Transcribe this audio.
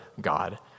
God